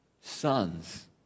Sons